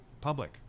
public